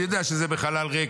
אני יודע שזה בחלל ריק,